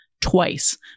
twice